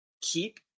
keep